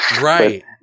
Right